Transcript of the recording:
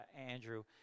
Andrew